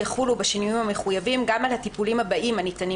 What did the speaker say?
יחולו בשינויים המחויבים גם על הטיפולים הבאים הניתנים